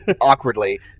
awkwardly